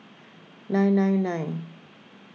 nine nine nine